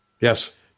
Yes